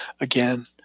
again